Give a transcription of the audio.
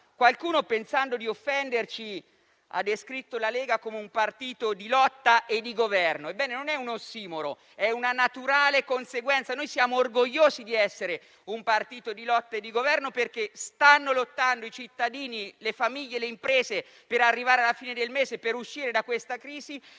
Qualcuno, pensando di offenderci, ha descritto la Lega come un partito di lotta e di governo. Ebbene, non è un ossimoro, ma una naturale conseguenza. Noi siamo orgogliosi di essere un partito di lotta e di governo perché i cittadini, le famiglie e le imprese stanno lottando per arrivare alla fine del mese, per uscire da questa crisi